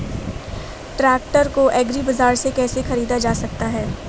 Tractor को agri बाजार से कैसे ख़रीदा जा सकता हैं?